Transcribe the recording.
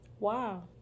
wow